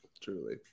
Truly